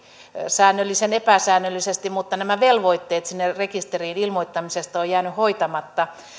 säännöllisen epäsäännöllisesti mutta nämä velvoitteet sinne rekisteriin ilmoittamisesta ovat jääneet hoitamatta